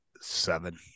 seven